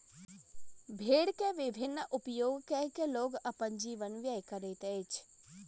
भेड़ के विभिन्न उपयोग कय के लोग अपन जीवन व्यय करैत अछि